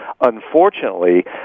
unfortunately